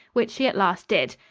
which she at last did.